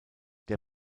der